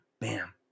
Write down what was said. Bam